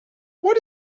what